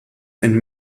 ein